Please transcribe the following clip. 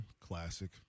Classic